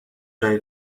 جای